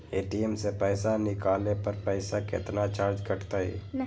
ATM से पईसा निकाले पर पईसा केतना चार्ज कटतई?